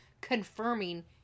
confirming